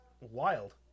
wild